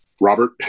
Robert